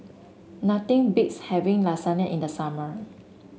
nothing beats having Lasagna in the summer